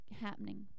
happening